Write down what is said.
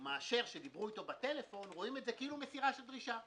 מאשר שדיברו אתו בטלפון יראו את זה כאילו מסירת דרישה.